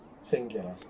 singular